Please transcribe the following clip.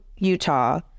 Utah